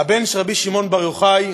הבן של רבי שמעון בר יוחאי,